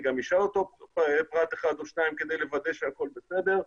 אני גם אשאל אותו פרט אחד או שניים כדי לוודא שהכול בסדר.